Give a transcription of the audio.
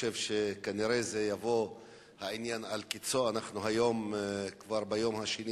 אז קודם כול הלכתי, השקעתי,